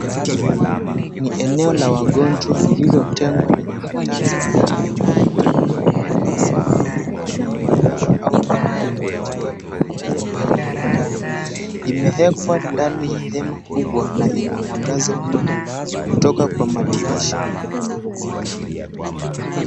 Ni eneo la wagonjwa lililotengwa lenye vitanda na viti, vifaa vya matibabu vinaweza pia kuonekana imewekwa ndani ya hema kubwa na ina mwangaza mwingi kutoka kwa madirisha.